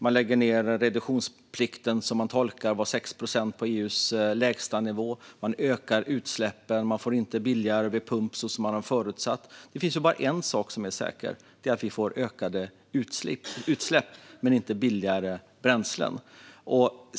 Man lägger reduktionsplikten på EU:s lägstanivå, som man tolkar som 6 procent. Man ökar utsläppen. Det blir inte billigare vid pump som man sagt. Det finns bara en sak som är säker, och det är att vi får utökade utsläpp men inte billigare bränslen.